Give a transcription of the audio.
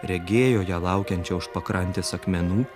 regėjo ją laukiančią už pakrantės akmenų